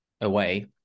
away